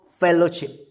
fellowship